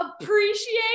appreciate